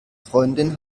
freundin